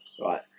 right